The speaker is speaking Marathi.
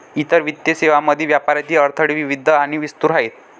इतर वित्तीय सेवांमधील व्यापारातील अडथळे विविध आणि विस्तृत आहेत